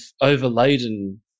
overladen